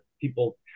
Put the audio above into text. people